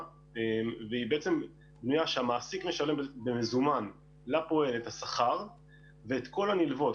והיא שהמעסיק משלם במזומן לפועל את השכר ואת כל הנלוות,